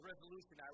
resolution